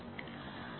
" என்று கேட்கிறது